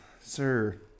sir